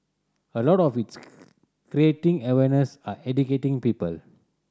a lot of its creating awareness and educating people